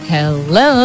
Hello